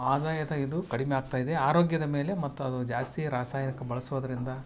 ಆದಾಯದ ಇದು ಕಡಿಮೆ ಆಗ್ತಾಯಿದೆ ಆರೋಗ್ಯದ ಮೇಲೆ ಮತ್ತು ಅದು ಜಾಸ್ತಿ ರಾಸಾಯನಿಕ ಬಳಸೋದರಿಂದ